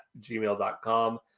gmail.com